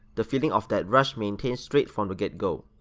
the feeling of that rush maintain straight from the get go.